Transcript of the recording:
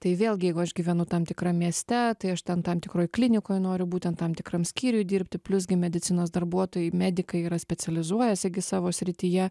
tai vėlgi jeigu aš gyvenu tam tikram mieste tai aš ten tam tikroj klinikoj noriu būtent tam tikram skyriuj dirbti plius gi medicinos darbuotojai medikai yra specializuojasi gi savo srityje